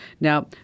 Now